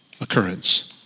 occurrence